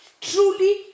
truly